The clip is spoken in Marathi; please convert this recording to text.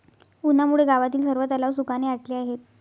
उन्हामुळे गावातील सर्व तलाव सुखाने आटले आहेत